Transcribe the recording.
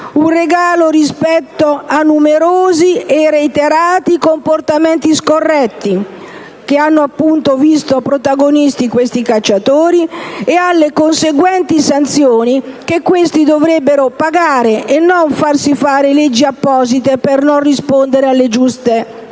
un regalo rispetto a numerosi e reiterati comportamenti scorretti che li hanno visti protagonisti nell'ultimo periodo, e alle conseguenti sanzioni, che questi dovrebbero pagare, anziché farsi fare leggi apposite per non rispondere alle giuste punizioni.